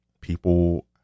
people